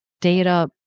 data